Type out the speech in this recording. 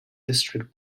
district